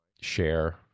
share